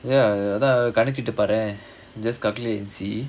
ya அதான் கணக்கிட்டு பாறேன்:athaan kanakittu paaraen just calculate and see